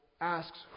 asks